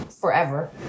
forever